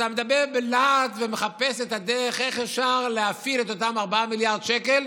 אתה מדבר בלהט ומחפש את הדרך שבה אפשר להפעיל את אותם 4 מיליארד שקל,